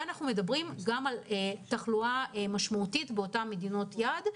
אנחנו מדברים גם על תחלואה משמעותית באותן מדינות היעד.